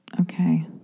Okay